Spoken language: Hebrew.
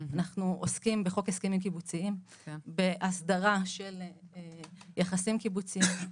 אנחנו עוסקים בחוק הסכמים קיבוציים בהסדרה של יחסים קיבוציים.